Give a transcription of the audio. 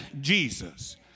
Jesus